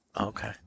Okay